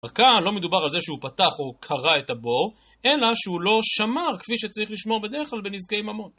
ברקע לא מדובר על זה שהוא פתח או כרה את הבור, אלא שהוא לא שמר כפי שצריך לשמור בדרך כלל בנזקי ממון.